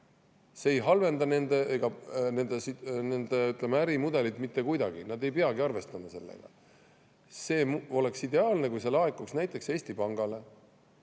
See ei halvendaks nende, ütleme, ärimudelit mitte kuidagi, nad ei peakski arvestama sellega. Oleks ideaalne, kui see laekuks näiteks Eesti Pangale.